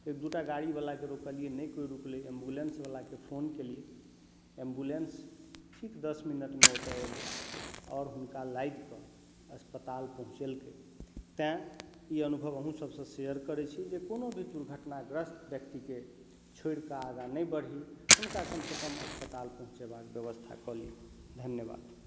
एक दूटा गाड़ी बलाके रोकलियै नहि केओ रूकलै एम्बुलेंस बलाके फोन केलियै एम्बुलेंस ठीक दश मिनटमे ओतऽ अयलै आओर हुनका लादिके अस्पताल पहुँचेलकै ताहि ई अनुभव अहुंँ सबसँ शेयर करैत छी जे कओनो भी दुर्घटना ग्रस्त व्यक्तिके छोड़िके आगाँ नहि बढ़ी हुनका कमसँ कम अस्पताल पहुँचयबाके व्यवस्था कऽ ली धन्यवाद